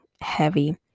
heavy